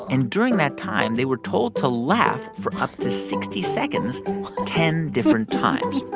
and during that time, they were told to laugh for up to sixty seconds ten different times.